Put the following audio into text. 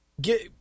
Get